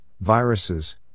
viruses